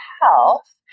Health